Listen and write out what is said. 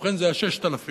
ובכן, זה היה 6,100,